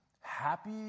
happy